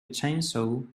chainsaw